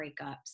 breakups